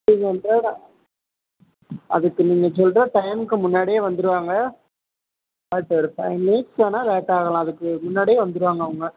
three hundred அதுக்கு நீங்கள் சொல்கிற டைமுக்கு முன்னாடியே வந்துவிடுவாங்க ஆ சார் ஃபைவ் மினிட்ஸ் வேணால் லேட் ஆகலாம் அதுக்கு முன்னாடியே வந்துடுவாங்க அவங்க